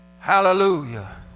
Hallelujah